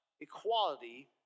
equality